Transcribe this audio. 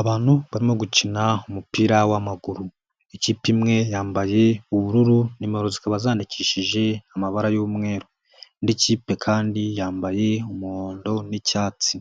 Abantu barimo gukina umupira w'amaguru. Ikipe imwe yambaye ubururu, nimero zikaba zandikishije amabara y'umweru. Indi kipe kandi yambaye umuhondo n'icyatsi.